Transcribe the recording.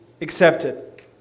accepted